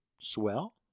swell